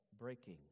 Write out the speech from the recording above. breaking